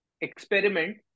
experiment